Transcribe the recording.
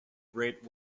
great